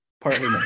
partly